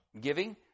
giving